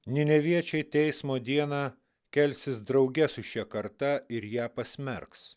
nineviečiai teismo dieną kelsis drauge su šia karta ir ją pasmerks